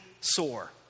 sore